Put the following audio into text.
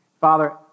Father